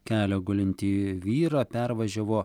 kelio gulintį vyrą pervažiavo